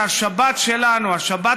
לחלוטין?